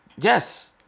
Yes